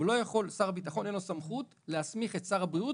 לשר הביטחון אין סמכות להסמיך את שר הבריאות